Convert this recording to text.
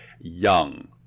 young